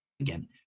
again